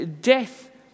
death